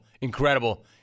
incredible